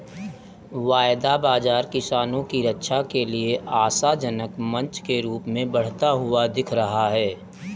वायदा बाजार किसानों की रक्षा के लिए आशाजनक मंच के रूप में बढ़ता हुआ दिख रहा है